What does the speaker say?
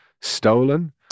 stolen